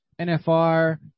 NFR